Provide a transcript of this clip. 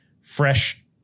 fresh